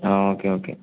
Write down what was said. ആ okay okay